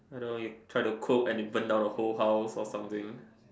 I don't know you try to cook and you burn down the whole house or something